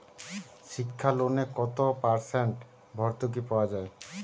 শিক্ষা লোনে কত পার্সেন্ট ভূর্তুকি পাওয়া য়ায়?